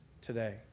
today